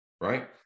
right